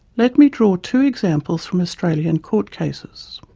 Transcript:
let me draw two examples from australian court cases.